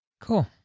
Cool